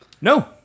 no